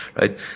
right